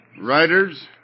Riders